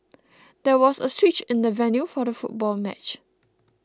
there was a switch in the venue for the football match